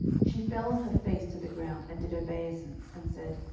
she fell on her face to the ground, and did obeisance, and said,